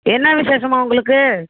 என்ன விசேஷம்மா உங்களுக்கு